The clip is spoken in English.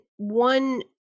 One